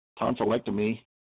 tonsillectomy